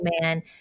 man